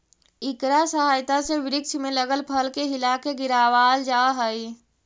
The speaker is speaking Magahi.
इकरा सहायता से वृक्ष में लगल फल के हिलाके गिरावाल जा हई